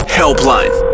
helpline